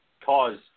cause